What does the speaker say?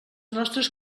nostres